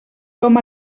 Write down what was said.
com